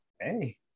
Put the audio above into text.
Hey